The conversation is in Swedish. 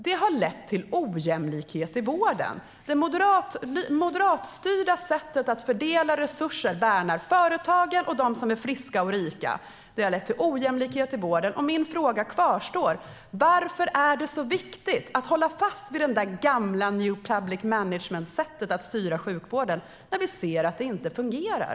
Det har lett till ojämlikhet i vården. Det moderatstyrda sättet att fördela resurser värnar företagen och dem som är friska och rika. Det har lett till ojämlikhet i vården, och min fråga kvarstår: Varför är det så viktigt att hålla fast vid det gamla new public management-sättet att styra sjukvården, när vi ser att det inte fungerar?